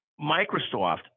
Microsoft